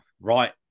Right